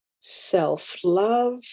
self-love